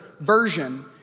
version